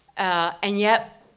and yet,